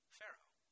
Pharaoh